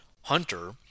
Hunter